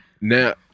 Now